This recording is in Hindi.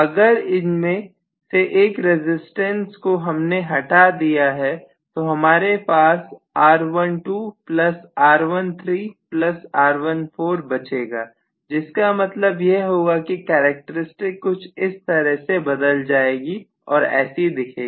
अगर इनमें से एक रजिस्टेंस को हमने हटा दिया है तो हमारे पास R12 R13 R14 बचेगा जिसका मतलब यह होगा कि कैरेक्टर स्टिक कुछ इस तरह से बदल जाएगी और ऐसी दिखेगी